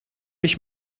ich